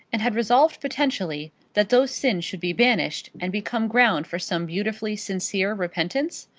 and have resolved potentially that those sins should be banished, and become ground for some beautifully sincere repentance?